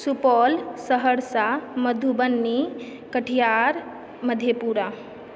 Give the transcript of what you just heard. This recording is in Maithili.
सुपौल सहरसा मधुबनी कटिहार मधेपुरा